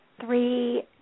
three